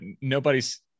nobody's